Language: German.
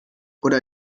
oder